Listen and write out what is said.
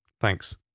thanks